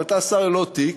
אם אתה שר ללא תיק,